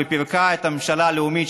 ופירקה את הממשלה הלאומית,